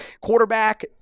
Quarterback